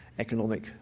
Economic